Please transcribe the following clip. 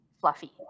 fluffy